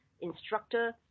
instructor